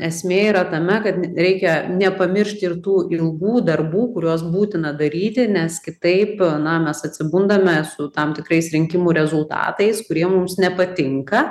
esmė yra tame kad reikia nepamiršt ir tų ilgų darbų kuriuos būtina daryti nes kitaip na mes atsibundame su tam tikrais rinkimų rezultatais kurie mums nepatinka